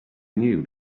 knew